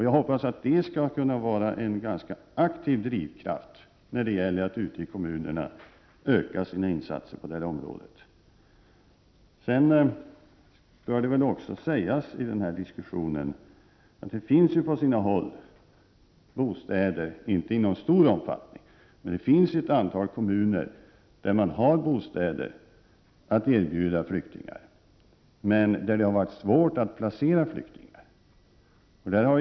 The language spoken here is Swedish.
Jag hoppas att det skall vara en aktiv drivkraft för kommunerna att öka sina insatser på detta område. Till denna diskussion bör läggas att det finns ett antal kommuner som har bostäder — inte i någon stor omfattning — att erbjuda flyktingar. Men det har varit svårt att placera flyktingarna där.